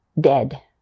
Dead